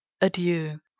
Adieu